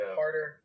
harder